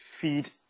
feed